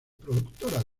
productora